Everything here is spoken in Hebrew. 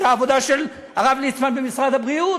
את העבודה של הרב ליצמן במשרד הבריאות,